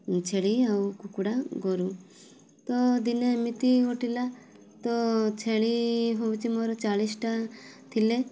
ଛେଳି ଆଉ କୁକୁଡ଼ା ଗୋରୁ ତ ଦିନେ ଏମିତି ଘଟିଲା ତ ଛେଳି ହେଉଛି ମୋର ଚାଳିଶଟା ଥିଲେ